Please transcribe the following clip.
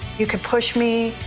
you could push me,